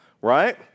right